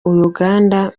uganda